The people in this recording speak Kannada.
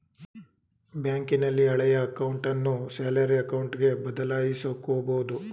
ಬ್ಯಾಂಕಿನಲ್ಲಿ ಹಳೆಯ ಅಕೌಂಟನ್ನು ಸ್ಯಾಲರಿ ಅಕೌಂಟ್ಗೆ ಬದಲಾಯಿಸಕೊಬೋದು